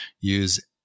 use